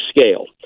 scale